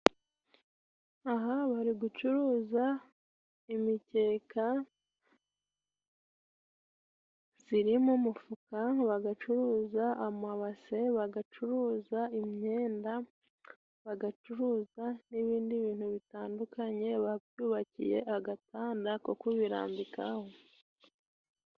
Aha bari gucuruza imikeka zirimo mu mufuka. Bagacuruza amabase, bagacuruza imyenda, bagacuruza n'ibindi bintu bitandukanye. Babyubakiye agatanda ko ku birambikaho.